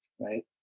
right